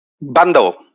bundle